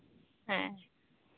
ᱦᱮᱸ